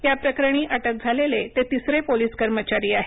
याप्रकरणी अटक झालेले ते तिसरे पोलीस कर्मचारी आहेत